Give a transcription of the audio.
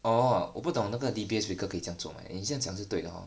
哦我不懂得个 D_B_S vicker 可以这样吗做你这样讲也是对的 hor